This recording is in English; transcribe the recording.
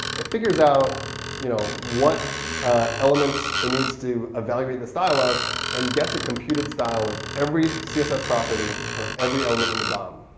it figures out you know what elements it needs to evaluate the style of and gets a computed style of every css property for every element in the dom.